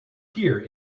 here